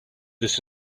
this